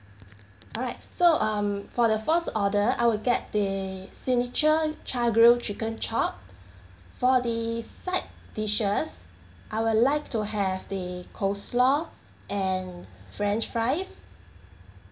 alright so um for the first order I will get the signature chargrilled chicken chop for the side dishes I would like to have the coleslaw and french fries